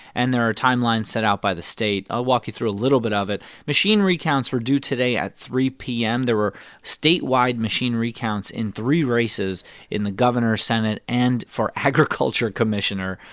and there are timelines set out by the state. i'll walk you through a little bit of it. machine recounts were due today at three p m. there were statewide machine recounts in three races in the governor, senate and for agriculture commissioner,